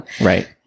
right